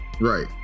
Right